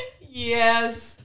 yes